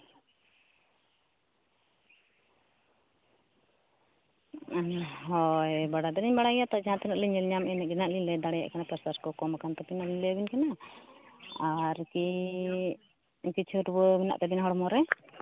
ᱟᱨ ᱦᱳᱭ ᱵᱟᱲᱟᱭ ᱫᱚᱞᱤᱧ ᱵᱟᱲᱟᱭ ᱜᱮᱭᱟ ᱛᱚ ᱡᱟᱦᱟᱸᱛᱤᱱᱟᱹᱜ ᱞᱤᱧ ᱧᱮᱞ ᱧᱟᱢᱮᱜᱼᱟ ᱢᱤᱫ ᱫᱤᱱ ᱦᱟᱸᱜ ᱞᱤᱧ ᱞᱟᱹᱭ ᱫᱟᱲᱮᱭᱟᱜ ᱠᱟᱱᱟ ᱯᱨᱮᱥᱟᱨ ᱠᱚ ᱠᱚᱢᱟᱠᱟᱱ ᱛᱟᱵᱤᱱᱟ ᱞᱟᱹᱭᱟᱵᱤᱱ ᱠᱟᱱᱟ ᱟᱨ ᱠᱤ ᱠᱤᱪᱷᱩ ᱨᱩᱣᱟᱹ ᱢᱮᱱᱟᱜ ᱛᱟᱵᱤᱱᱟ ᱦᱚᱲᱢᱚ ᱨᱮ